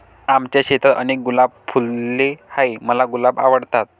आमच्या शेतात अनेक गुलाब फुलले आहे, मला गुलाब आवडतात